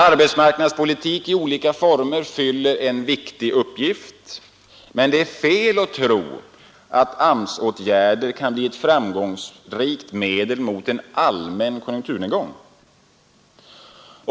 Arbetsmarknadspolitik i olika former fyller en viktig uppgift, men det är fel att tro att AMS-åtgärder kan bli ett framgångsrikt medel mot en allmän konjunkturnedgång.